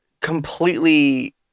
completely